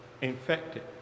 infected